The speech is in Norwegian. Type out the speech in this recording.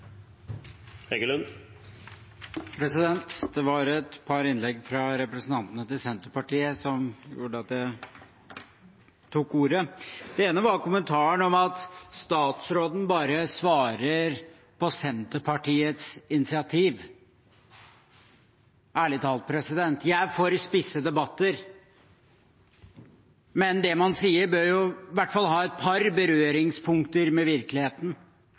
Det var et par innlegg fra representanter fra Senterpartiet som gjorde at jeg tok ordet. Det ene var kommentaren om at statsråden bare svarer på Senterpartiets initiativ. Ærlig talt, jeg er for spisse debatter, men det man sier, bør i hvert fall ha et par berøringspunkter med virkeligheten.